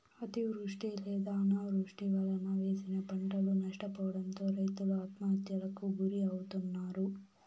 అతివృష్టి లేదా అనావృష్టి వలన వేసిన పంటలు నష్టపోవడంతో రైతులు ఆత్మహత్యలకు గురి అవుతన్నారు